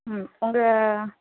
ம் உங்கள்